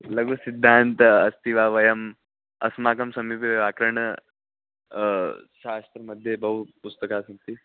लघुसिद्धान्तः अस्ति वा वयम् अस्माकं समीपे व्याकरण शास्त्रमध्ये बहूनि पुस्तकानि सन्ति